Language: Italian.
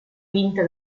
vinta